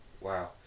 Wow